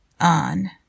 on